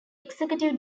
executive